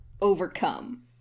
overcome